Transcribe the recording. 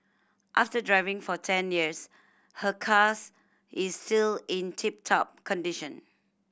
after driving for ten years her cars is still in tip top condition